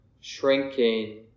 shrinking